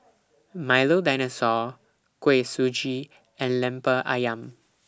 Milo Dinosaur Kuih Suji and Lemper Ayam